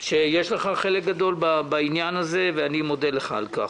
שיש לך חלק גדול בה, ואני מודה לך על כך.